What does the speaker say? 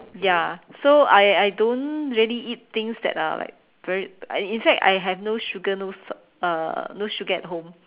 ya so I I don't really eat thing that are like very in in fact I have no sugar no salt uh no sugar at home